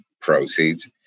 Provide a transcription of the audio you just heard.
proceeds